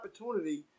opportunity